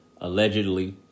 allegedly